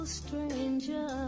stranger